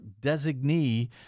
designee